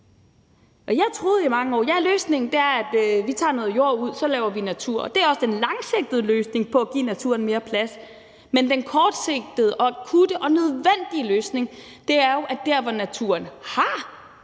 Jeg troede i mange år, at løsningen er, at vi tager noget jord ud, og så laver vi natur. Det er også den langsigtede løsning på at give naturen mere plads, men den kortsigtede og akutte og nødvendige løsning er jo, at der, hvor naturen har